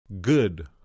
Good